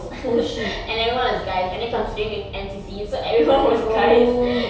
and everyone was guys and considering with N_C_C so everyone was guys